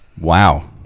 wow